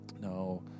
Now